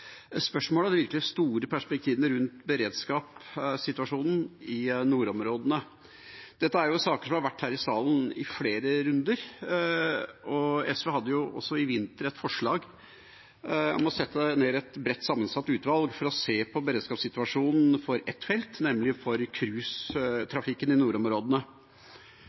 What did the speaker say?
perspektivene rundt beredskapssituasjonen i nordområdene. Dette er saker som har vært i salen i flere runder. SV hadde også i vinter et forslag om å sette ned et bredt sammensatt utvalg for å se på beredskapssituasjonen for ett felt, nemlig cruisetrafikken i nordområdene.